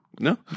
No